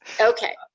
Okay